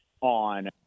on